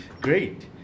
Great